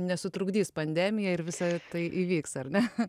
nesutrukdys pandemija ir visa tai įvyks ar ne